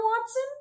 Watson